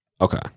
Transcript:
Okay